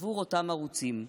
עבור אותם ערוצים,